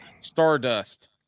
Stardust